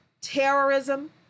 terrorism